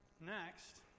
Next